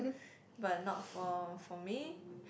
but not for for me